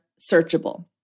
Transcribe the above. searchable